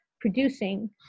producing